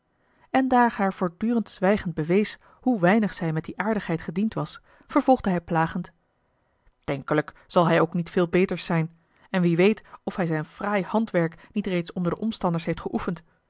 en daar haar voortdurend zwijgen bewees hoe weinig zij met die aardigheid gediend was vervolgde hij plagend denkelijk zal hij ook niet veel beters zijn en wie weet of hij zijn fraai handwerk niet reeds onder de omstanders heeft geoefend